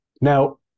now